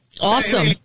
Awesome